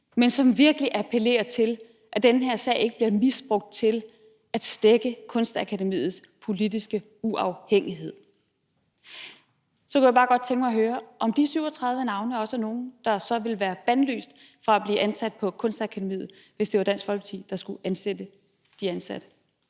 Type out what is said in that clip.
men som virkelig appellerer til, at den her sag ikke bliver misbrugt til at stække Kunstakademiets politiske uafhængighed. Jeg kunne bare godt tænke mig at høre, om de 37 navne også er nogle, der ville være bandlyst fra at blive ansat på Kunstakademiet, hvis det var Dansk Folkeparti, der skulle ansætte folk.